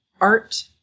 art